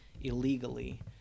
illegally